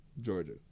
Georgia